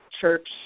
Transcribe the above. Church